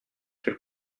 fait